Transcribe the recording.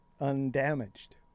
undamaged